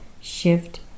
shift